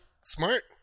Smart